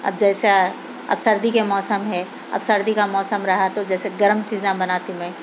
اب جسیا اب سردی کے موسم ہے اب سردی کا موسم رہا تو جیسے گرم چیزیں بناتی میں